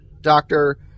doctor